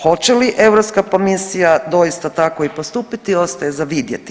Hoće li Europska komisija doista tako i postupiti ostaje za vidjeti.